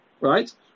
Right